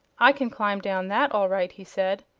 i can climb down that, all right, he said.